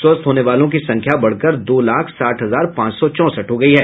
स्वस्थ होने वालों की संख्या बढ़कर दो लाख साठ हजार पांच सौ चौंसठ हो गयी है